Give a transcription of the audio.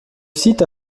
site